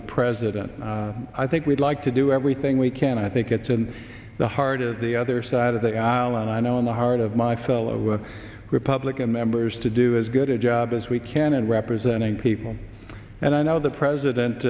the president i think we'd like to do everything we can i think it's in the heart of the other side of the aisle and i know in the heart of my fellow republican members to do as good a job as we can and representing people and i know the president